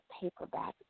paperback